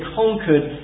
conquered